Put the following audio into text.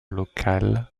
locale